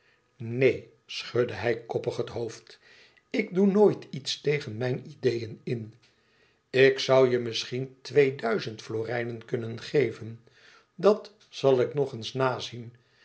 neen schudde hij koppig het hoofd ik doe nooit iets tegen mijn ideeën in ik zoû je misschien tweeduizend florijnen kunnen geven e ids aargang dat zal ik nog eens nazien